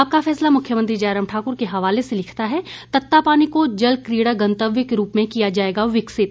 आपका फैसला मुख्यमंत्री जयराम ठाकुर के हवाले से लिखता है तत्तापानी को जल क्रीड़ा गंतव्य के रूप में किया जाएगा विकसित